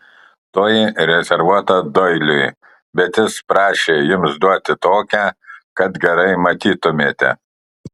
toji rezervuota doiliui bet jis prašė jums duoti tokią kad gerai matytumėte